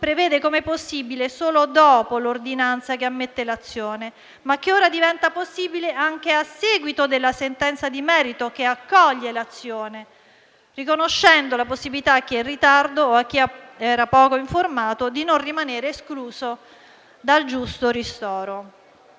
prevede come possibile solo dopo l'ordinanza che ammette l'azione, ma che ora diventa possibile anche a seguito della sentenza di merito, che accoglie l'azione, riconoscendo la possibilità a chi è in ritardo o era poco informato di non rimanere escluso dal giusto ristoro.